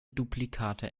duplikate